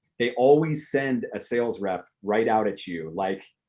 they always send a sales rep right out at you, like,